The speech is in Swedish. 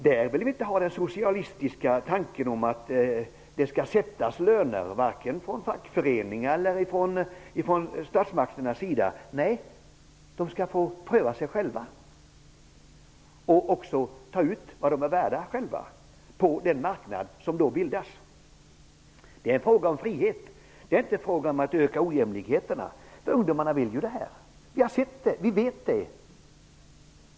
Där vill vi inte ha den socialistiska tanken om att det skall sättas löner, varken från fackföreningarna eller från statsmakternas sida. Ungdomarna skall få pröva sig fram själva och ta ut vad de är värda på den marknad som då bildas. Det är en fråga om frihet. Det är inte fråga om att öka ojämlikheterna -- ungdomarna vill ju detta. Vi har sett det. Vi vet det.